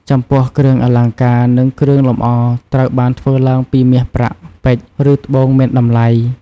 ចំពោះ គ្រឿងអលង្ការ និងគ្រឿងលម្អត្រូវបានធ្វើឡើងពីមាសប្រាក់ ពេជ្រ ឬត្បូងមានតម្លៃ។